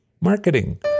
marketing